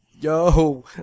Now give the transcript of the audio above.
Yo